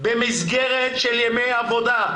במסגרת של ימי עבודה,